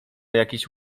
jakiś